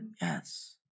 Yes